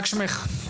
רק שמך.